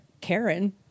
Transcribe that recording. Karen